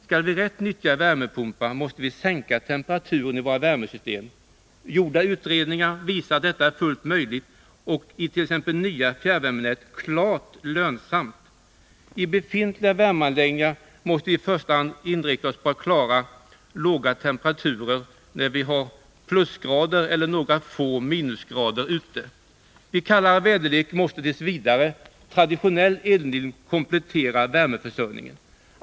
Skall vi rätt utnyttja värmepumpar, måste vi sänka temperaturen i våra värmesystem. Gjorda utredningar visar att detta är fullt möjligt och i t.ex. nya fjärrvärmenät klart lönsamt. I befintliga värmeanläggningar måste vi i första hand inrikta oss på att klara låga temperaturer när det är plusgrader eller några få minusgrader ute. Vid kallare väderlek måste t. v. traditionell eldning komplettera värmeförsörjningen.